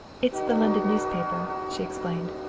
it's the london newspaper, she explained.